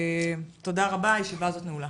תודה רבה, הישיבה הזאת נעולה.